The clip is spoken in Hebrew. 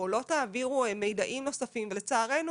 או לא תעבירו מיידעים נוספים ולצערנו